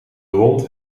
wond